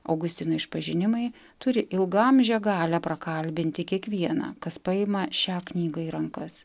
augustino išpažinimai turi ilgaamžę galią prakalbinti kiekvieną kas paima šią knygą į rankas